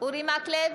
אורי מקלב,